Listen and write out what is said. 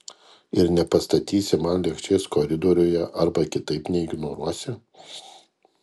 ir nepastatysi man lėkštės koridoriuje arba kitaip neignoruosi